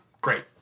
Great